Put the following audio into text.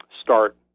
start